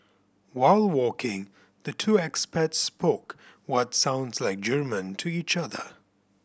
while walking the two expats spoke what sounds like German to each other